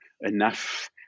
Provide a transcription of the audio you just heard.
enough